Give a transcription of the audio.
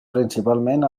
principalment